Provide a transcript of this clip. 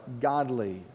godly